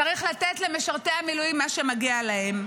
צריך לתת למשרתי המילואים מה שמגיע להם.